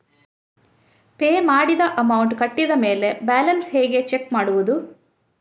Pay ಮಾಡಿದ amount ಕಟ್ಟಿದ ಮೇಲೆ ಬ್ಯಾಲೆನ್ಸ್ ಹೇಗೆ ಚೆಕ್ ಮಾಡುವುದು?